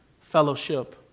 Fellowship